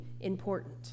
important